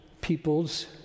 people's